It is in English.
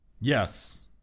Yes